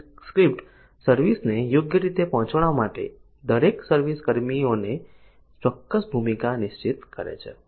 service script service ને યોગ્ય રીતે પહોંચાડવા માટે દરેક સર્વિસ કર્મીઓની ચોક્કસ ભૂમિકા નિશ્ચિત કરે છે